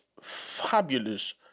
fabulous